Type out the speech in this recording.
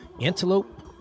Antelope